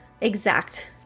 exact